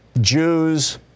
Jews